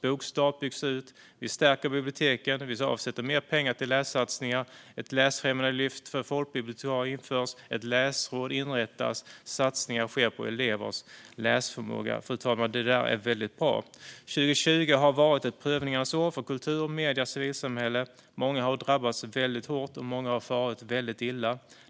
Bokstart byggs ut. Vi stärker biblioteken. Vi avsätter mer pengar till lässatsningar. Ett läsfrämjandelyft för folkbibliotekarier införs. Ett läsråd inrättas. Satsningar sker på elevers läsförmåga. Fru talman! Detta är väldigt bra. År 2020 har varit ett prövningarnas år för kultur, medier och civilsamhälle. Många har drabbats väldigt hårt, och många har farit väldigt illa.